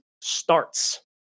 starts